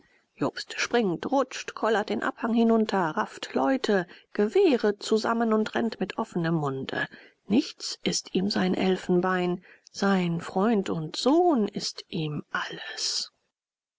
jobst springt rutscht kollert den abhang hinunter rafft leute gewehre zusammen und rennt mit offnem munde nichts ist ihm sein elfenbein sein freund und sohn ist ihm alles